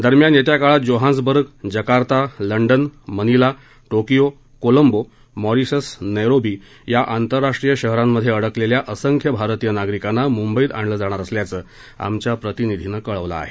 दरम्यान येत्या काळात Johannesburg Jakarta London Manila Tokyo Colombo Mauritius Nairobi या आंतरराष्ट्रीय शहरांमधे अडकलेल्या असंख्य भारतीय नागरिकांना मुंबईत आणलं जाणार असल्याचं आमच्या प्रतिनिधीने कळवलं आहे